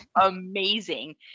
amazing